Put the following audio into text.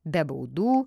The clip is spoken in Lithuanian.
be baudų